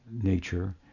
nature